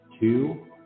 two